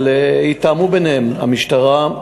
אבל יתאמו ביניהן, המשטרה,